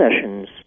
sessions